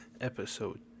Episode